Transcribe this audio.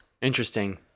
Interesting